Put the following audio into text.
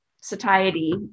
satiety